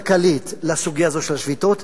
כלכלית, לסוגיה הזאת של השביתות,